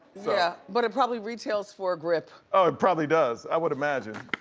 yeah, but it probably retails for a grip. oh, it probably does, i would imagine.